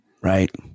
right